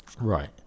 right